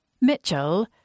Mitchell